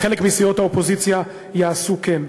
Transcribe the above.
חלק מסיעות האופוזיציה יעשו כן.